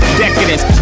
decadence